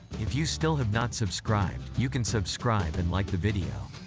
if you still have not subscribed, you can subscribe and like the video.